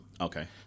Okay